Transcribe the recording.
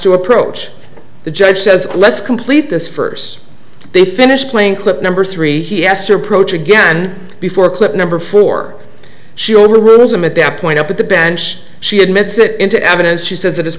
to approach the judge says let's complete this first they finished playing clip number three he asked to approach again before clip number four she overrules him at that point up at the bench she admits it into evidence she sa